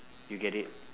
you get it